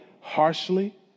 harshly